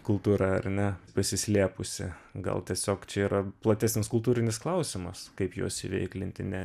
kultūra ar ne pasislėpusi gal tiesiog čia yra platesnis kultūrinis klausimas kaip juos įveiklinti ne